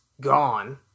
gone